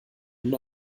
nun